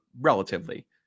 relatively